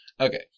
Okay